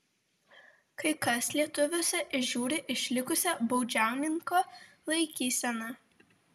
kai kas lietuviuose įžiūri išlikusią baudžiauninko laikyseną